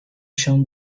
się